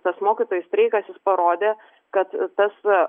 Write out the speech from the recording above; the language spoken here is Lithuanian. tas mokytojų streikas jis parodė kad tas